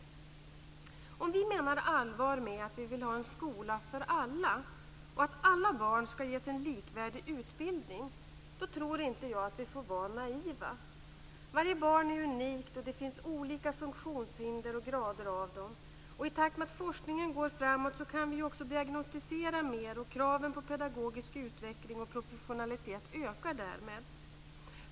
Jag tror att vi, om vi menar allvar med talet om att vi vill ha en skola för alla och att alla barn ska ges en likvärdig utbildning, inte får vara naiva. Varje barn är unikt. Det finns olika funktionshinder och olika grader av dessa. I takt med att forskningen går framåt kan vi diagnostisera mer. Kraven på pedagogisk utveckling och professionalitet ökar därmed.